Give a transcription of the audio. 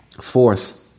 Fourth